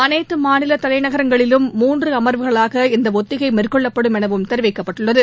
அனைத்தமாநிலதலைநகரங்களிலும் மூன்றுஅமர்வுகளாக இந்தஒத்திகைமேற்கொள்ளப்படும் எனவும் தெரிவிக்கப்பட்டுள்ளது